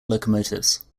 locomotives